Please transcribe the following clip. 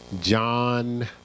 John